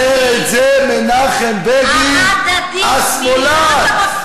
אומר את זה מנחם בגין, ההדדי, השמאלן.